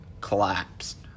collapsed